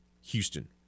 Houston